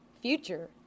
future